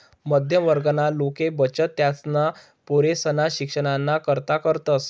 मध्यम वर्गना लोके बचत त्यासना पोरेसना शिक्षणना करता करतस